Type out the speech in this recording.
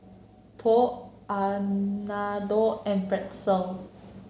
Pho Unadon and Pretzel